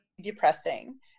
depressing